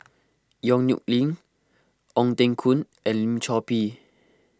Yong Nyuk Lin Ong Teng Koon and Lim Chor Pee